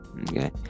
Okay